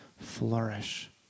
flourish